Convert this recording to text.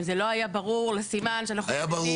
אם זה לא היה ברור --- היה ברור.